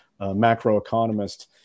macroeconomist